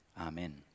Amen